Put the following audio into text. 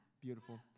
Beautiful